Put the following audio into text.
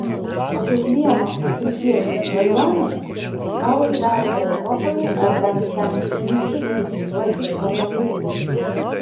o kiekvieno afrikiečio svajonė gauti darbo europoje ar bent ten išsiųsti studijuoti savo vaikus